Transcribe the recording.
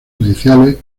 judiciales